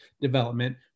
development